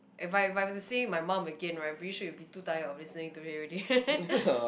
if I if I were to say my mum again right I'm pretty sure you will be too tired of listening to it already